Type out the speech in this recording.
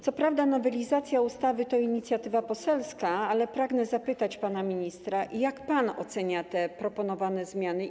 Co prawda nowelizacja ustawy to inicjatywa poselska, ale pragnę zapytać pana ministra, jak pan ocenia te proponowane zmiany.